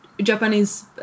Japanese